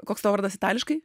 koks tavo vardas itališkai